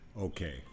Okay